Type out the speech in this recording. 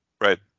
Right